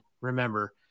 remember